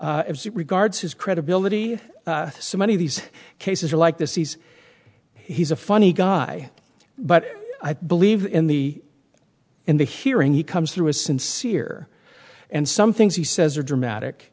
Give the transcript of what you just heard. p regards his credibility so many of these cases are like this he's he's a funny guy but i believe in the in the hearing he comes through a sincere and some things he says are dramatic